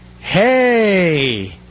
hey